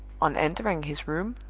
on entering his room,